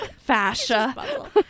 fascia